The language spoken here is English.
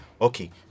Okay